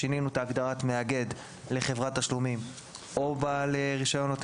שינינו את הגדרת מאגד לחברת תשלומים או בעל רישיון נותן